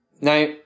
now